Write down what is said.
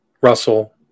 Russell